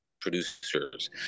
producers